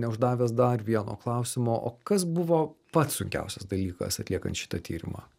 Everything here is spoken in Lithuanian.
neuždavęs dar vieno klausimo o kas buvo pats sunkiausias dalykas atliekant šitą tyrimą